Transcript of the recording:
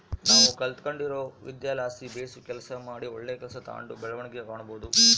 ನಾವು ಕಲಿತ್ಗಂಡಿರೊ ವಿದ್ಯೆಲಾಸಿ ಬೇಸು ಕೆಲಸ ಮಾಡಿ ಒಳ್ಳೆ ಕೆಲ್ಸ ತಾಂಡು ಬೆಳವಣಿಗೆ ಕಾಣಬೋದು